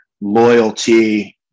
loyalty